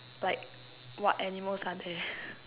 like what animals are there